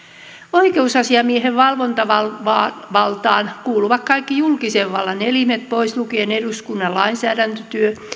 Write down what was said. oikeusasiamiehen valvontavaltaan kuuluvat kaikki julkisen vallan elimet pois lukien eduskunnan lainsäädäntötyö